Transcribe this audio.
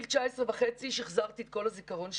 סיירתי מצפון ועד דרום ואי-אפשר למצוא עובדים.